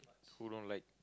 who don't like